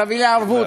תביא לי ערבות.